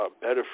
better